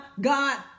God